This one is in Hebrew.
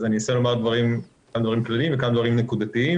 אנסה לומר דברים כלליים וכמה דברים נקודתיים.